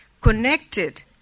connected